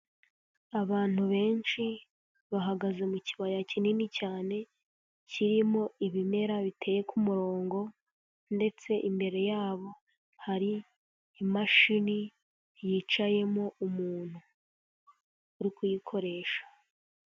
Abantu benshi bahagaze mu kibaya kinini cyane, kirimo ibimera biteye ku murongo ndetse imbere yabo hari imashini yicayemo umuntu uri kuyikoresha.